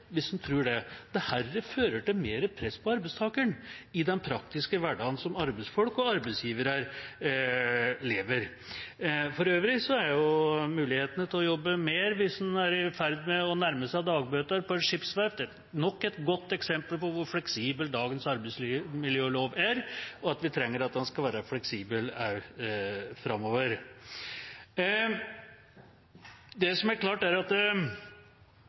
Hvis en tror det, kjenner en norsk arbeidsliv veldig dårlig. Dette fører til mer press på arbeidstakeren i den praktiske hverdagen som arbeidsfolk og arbeidsgivere lever i. For øvrig er mulighetene til å jobbe mer hvis en er i ferd med å nærme seg dagbøter på et skipsverft, nok et godt eksempel på hvor fleksibel dagens arbeidsmiljølov er, og at vi trenger den fleksibiliteten også framover. Det som er klart, er at